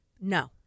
No